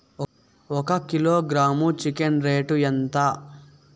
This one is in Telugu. ఒక కిలోగ్రాము చికెన్ రేటు ఎంత?